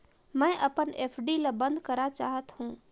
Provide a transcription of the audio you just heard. मैं अपन एफ.डी ल बंद करा चाहत हों